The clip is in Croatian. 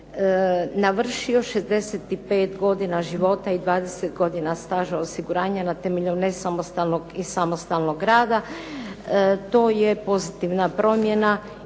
navršio 65 godina života i 20 godina staža osiguranja na temelju nesamostalnog i samostalnog rada. To je pozitivna promjena,